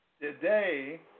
Today